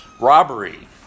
Robbery